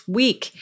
week